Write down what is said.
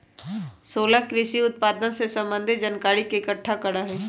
सोहेल कृषि उत्पादन से संबंधित जानकारी के इकट्ठा करा हई